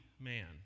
man